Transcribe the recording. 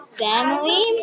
family